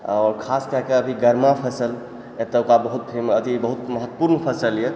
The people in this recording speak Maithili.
और खास कए कऽ अभी गरमा फसल एतौका बहुत फेमस अथी बहुत महत्वपूर्ण फसल यऽ